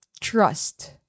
trust